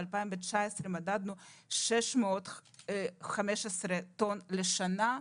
ב-2019 מדדנו 615 טון לשנה.